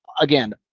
again